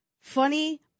funny